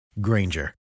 Granger